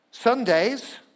Sundays